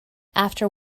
after